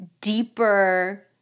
deeper